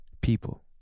People